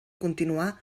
continuar